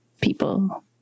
people